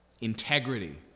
integrity